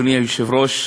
אדוני היושב-ראש,